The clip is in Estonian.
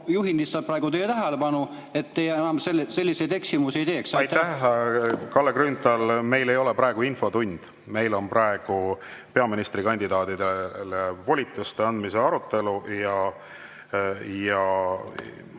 juhin lihtsalt praegu teie tähelepanu, et te enam selliseid eksimusi ei teeks. Aitäh! Kalle Grünthal, meil ei ole praegu infotund. Meil on praegu peaministrikandidaadile volituste andmise arutelu. Ma